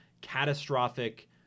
catastrophic